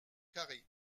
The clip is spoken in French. carrées